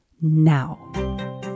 now